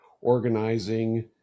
organizing